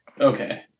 okay